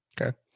Okay